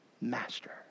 master